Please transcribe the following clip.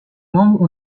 membres